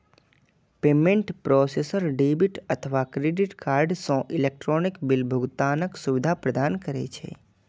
payment processor debit अथवा credit card सं electronic bill भुगतानक सुविधा प्रदान करै छै